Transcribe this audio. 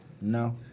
No